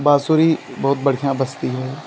बांसुरी बहुत बढ़िया बजती है